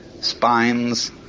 spines